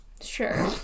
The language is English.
Sure